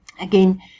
Again